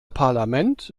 parlament